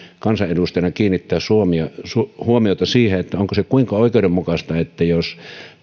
kansanedustajana kiinnittää huomiota ainakin siihen onko se kuinka oikeudenmukaista jos